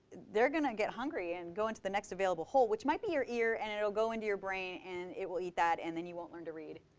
they're going to get hungry and go into the next available hole, which might be your ear. and it will go into your brain, and it will eat that, and then you won't learn to read.